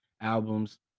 albums